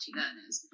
learners